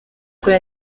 kuri